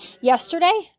yesterday